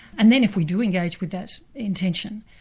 and then if we do engage with that intention,